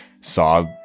saw